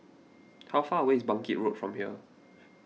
how far away is Bangkit Road from here